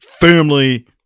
firmly